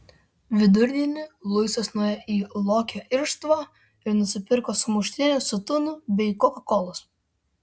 vidurdienį luisas nuėjo į lokio irštvą ir nusipirko sumuštinį su tunu bei kokakolos